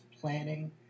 planning